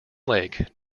lake